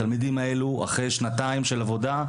התלמידים האלו אחרי שנתיים של עבודה,